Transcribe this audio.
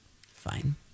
Fine